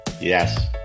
Yes